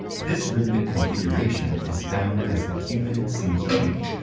this rhythmic configuration is found as the cuban cinquillo,